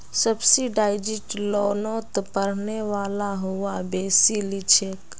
subsidised लोनोत पढ़ने वाला छुआ बेसी लिछेक